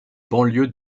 banlieue